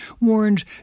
warns